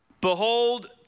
behold